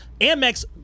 amex